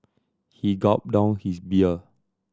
he gulped down his beer